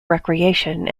recreation